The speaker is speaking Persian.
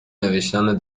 نوشتن